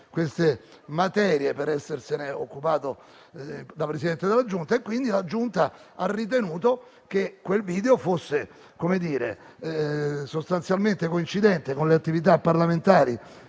queste materie per essersene occupato da Presidente della Giunta - la Giunta ha ritenuto che quel video fosse sostanzialmente coincidente con le attività parlamentari